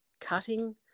cutting